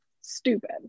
Stupid